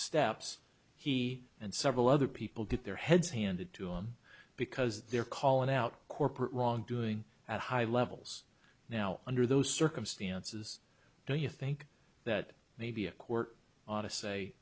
steps he and several other people get their heads handed to him because they're calling out corporate wrongdoing at high levels now under those circumstances do you think that maybe a court ought to say